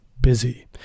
busy